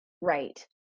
Right